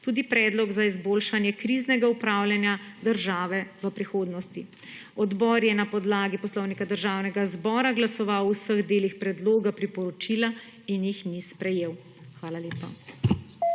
tudi predlog za izboljšanje kriznega upravljanja države v prihodnosti. Odbor je na podlagi Poslovnika Državnega zbora glasoval o vseh delih predloga priporočila in jih ni sprejel. Hvala lepa.